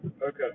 Okay